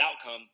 outcome